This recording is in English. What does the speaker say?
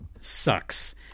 sucks